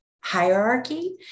hierarchy